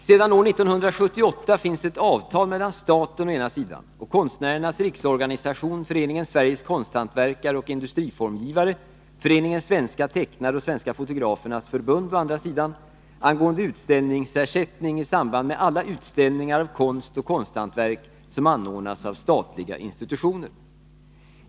Sedan år 1978 finns ett avtal mellan staten å ena sidan och Konstnärernas riksorganisation, Föreningen Sveriges konsthantverkare och industriformgivare, Föreningen Svenska tecknare och Svenska fotografernas förbund å andra sidan angående utställningsersättning i samband med alla utställningar av konst och hantverk som anordnas av statliga institutioner.